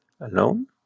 alone